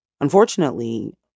Unfortunately